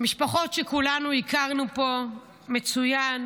משפחות שכולנו הכרנו פה מצוין,